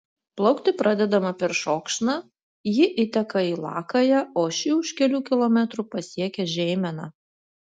plaukti pradedama peršokšna ji įteka į lakają o ši už kelių kilometrų pasiekia žeimeną